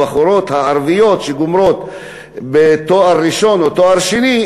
הבחורות הערביות שגומרות תואר ראשון או תואר שני,